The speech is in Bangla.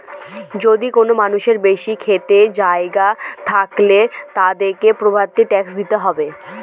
যদি কোনো মানুষের বেশি ক্ষেত জায়গা থাকলে, তাদেরকে প্রপার্টি ট্যাক্স দিতে হয়